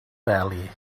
belly